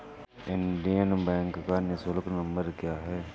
Indian Bank का निःशुल्क नंबर क्या है?